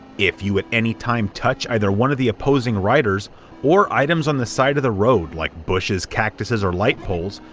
if you at any time touch either one of the opposing riders or items on the side of the road, like bushes, cactuses, or light poles,